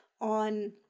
on